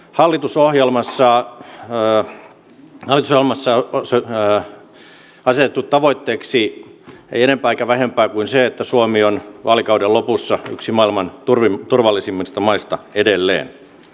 hallitusohjelmassa on asetettu tavoitteeksi ei enempää eikä vähempää kuin se että suomi on vaalikauden lopussa yksi maailman turvallisimmista maista edelleen